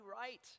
right